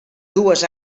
dues